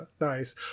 Nice